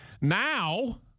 Now